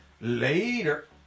later